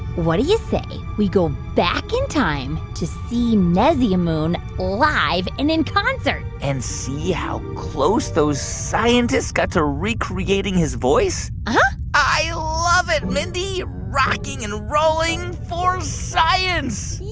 what do you say we go back in time to see nesyamun live and in concert? and see how close those scientists got to recreating his voice? uh-huh i love it, mindy. rocking and rolling for science yeah